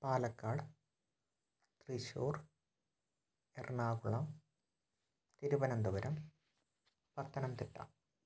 Palakkad Thrissur Ernakulam Thiruvananthapuram Pathanamthitta